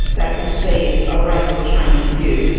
that we see a radical change of view.